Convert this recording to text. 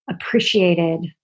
appreciated